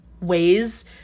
ways